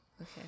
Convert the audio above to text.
okay